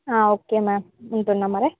okay ma'am ఉంటుంన్నా మరి